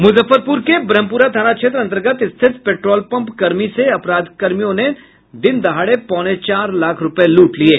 मुजफ्फरपुर के ब्रह्मपुरा थाना क्षेत्र अंतर्गत स्थित पेट्रोल पंप कर्मी से अपराधियों ने दिन दहाड़े पौने चार लाख रूपये लूट लिये